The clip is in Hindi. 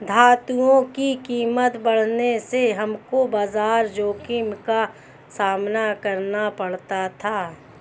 धातुओं की कीमत बढ़ने से हमको बाजार जोखिम का सामना करना पड़ा था